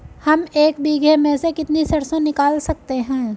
हम एक बीघे में से कितनी सरसों निकाल सकते हैं?